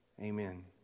Amen